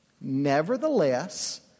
Nevertheless